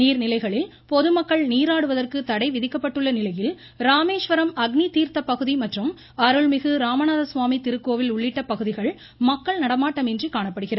நீர்நிலைகளில் பொதுமக்கள் நீராடுவதற்கு தடை விதிக்கப்பட்டுள்ள நிலையில் ராமேஸ்வரம் அக்னிதீர்த்த பகுதி மற்றும் அருள்மிகு ராமநாதசுவாமி திருக்கோவில் உள்ளிட்ட பகுதிகள் மக்கள் நடமாட்டமின்றி காணப்படுகிறது